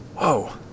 Whoa